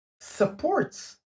supports